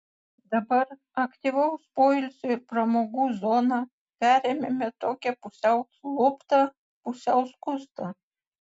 dabar aktyvaus poilsio ir pramogų zoną perėmėme tokią pusiau luptą pusiau skustą